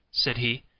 said he,